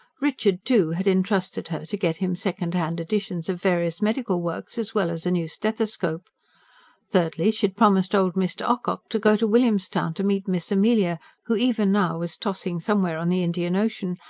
richard, too, had entrusted her to get him second-hand editions of various medical works, as well as a new stethoscope thirdly, she had promised old mr. ocock to go to william's town to meet miss amelia, who even now was tossing somewhere on the indian ocean,